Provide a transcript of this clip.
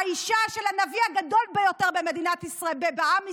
האישה של הנביא הגדול ביותר בעם ישראל,